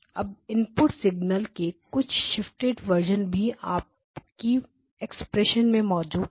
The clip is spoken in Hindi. जब इनपुट सिग्नल के कुछ शिफ्टेड वर्जन भी आपकी एक्सप्रेशन में मौजूद हैं